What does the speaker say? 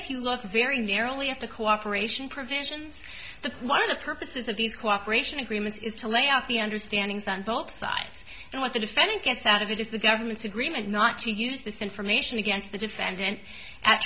if you look very narrowly at the cooperation provisions the one of the purposes of these cooperation agreements is to lay out the understanding is on both sides and what the defendant gets out of it is the government's agreement not to use this information against the defendant a